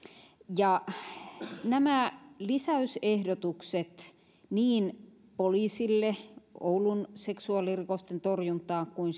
nämä lisäysehdotukset niin poliisille oulun seksuaalirikosten torjuntaan kuin